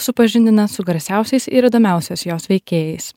supažindina su garsiausiais ir įdomiausiais jos veikėjais